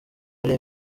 ari